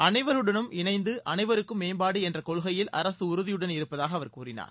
அனைவருடனும் இணைந்து அனைவருக்கும் மேம்பாடு என்ற கொள்கையில் அரசு உறுதியுடன் இருப்பதாக அவர் கூறினார்